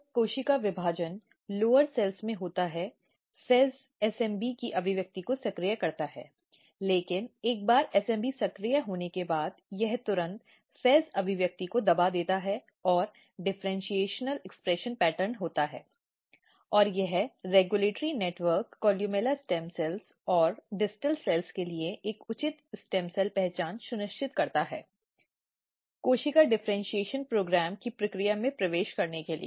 जब कोशिका विभाजनcell division निम्न कोशिकाओं में होता है FEZ SMB की अभिव्यक्ति को सक्रिय करता है लेकिन एक बार SMB सक्रिय होने के बाद यह तुरंत FEZ अभिव्यक्ति को दबा देता है और डिफरेंशियल अभिव्यक्ति पैटर्न होता है और यह regulatory network columella stem cell और डिस्टल सेल के लिए एक उचित स्टेम सेल पहचान सुनिश्चित करता है कोशिकाओं डिफरेन्शीऐशन कार्यक्रम की प्रक्रिया में प्रवेश करने के लिए